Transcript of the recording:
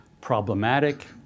problematic